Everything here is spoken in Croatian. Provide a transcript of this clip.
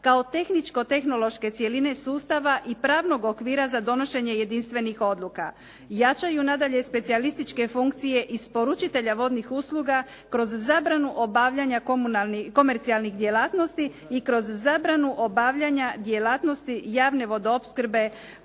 kao tehničko-tehnološke cjeline sustava i pravnog okvira za donošenje jedinstvenih odluka. Jačaju nadalje specijalističke funkcije isporučitelja vodnih usluga kroz zabranu obavljanja komercijalnih djelatnosti i kroz zabranu obavljanja djelatnosti javne vodoopskrbe